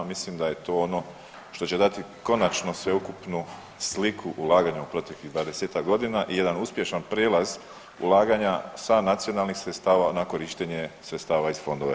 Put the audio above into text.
Mislim da je to ono što će dati konačno sveukupnu sliku ulaganja u proteklih 20-ak godina i jedan uspješan prijelaz ulaganja sa nacionalnih sredstava na korištenje sredstava iz fondova EU.